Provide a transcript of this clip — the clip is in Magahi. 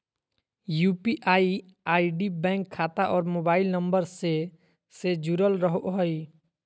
यू.पी.आई आई.डी बैंक खाता और मोबाइल नम्बर से से जुरल रहो हइ